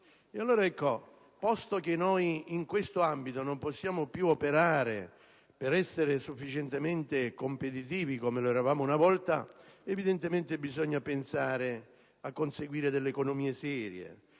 padrone. Posto che noi in questo ambito non possiamo più operare per essere sufficientemente competitivi come lo eravamo una volta, bisogna pensare a conseguire economie serie,